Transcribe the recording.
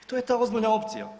I to je ta ozbiljna opcija.